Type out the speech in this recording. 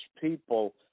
people